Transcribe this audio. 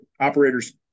Operators